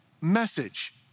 message